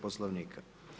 Poslovnika.